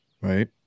right